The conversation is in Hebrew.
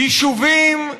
יישובים,